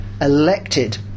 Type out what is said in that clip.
elected